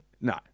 No